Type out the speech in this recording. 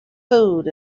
food